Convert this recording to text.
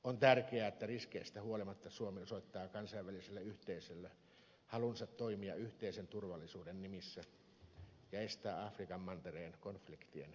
on tärkeää että riskeistä huolimatta suomi osoittaa kansainväliselle yhteisölle halunsa toimia yhteisen turvallisuuden nimissä ja estää afrikan mantereen konfliktien leviämistä laajemmalle